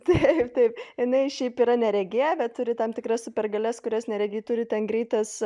taip taip jinai šiaip yra neregė bet turi tam tikras supergalias kurias neregiai turi ten greitas